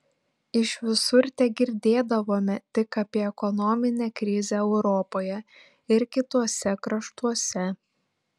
iš visur tegirdėdavome tik apie ekonominę krizę europoje ir kituose kraštuose